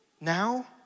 now